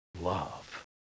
love